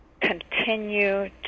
continue